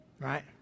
right